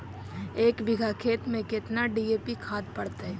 एक बिघा खेत में केतना डी.ए.पी खाद पड़तै?